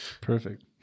Perfect